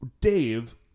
Dave